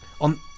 On